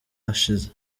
ashize